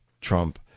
Trump